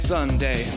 Sunday